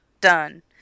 Done